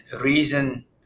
reason